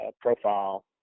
profile